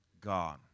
God